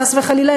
חס וחלילה,